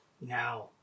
Now